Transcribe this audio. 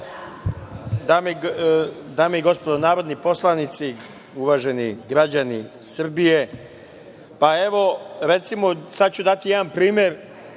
Dame i gospodo narodni poslanici, uvaženi građani Srbije, sada ću dati jedan primer